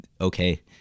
okay